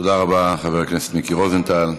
תודה רבה, חבר הכנסת מיקי רוזנטל.